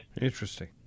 Interesting